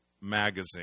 magazine